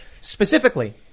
specifically